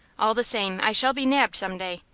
all the same, i shall be nabbed some day,